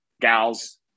gals